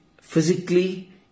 physically